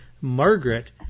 margaret